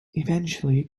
eventually